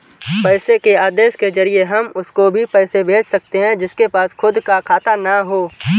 पैसे के आदेश के जरिए हम उसको भी पैसे भेज सकते है जिसके पास खुद का खाता ना हो